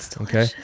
Okay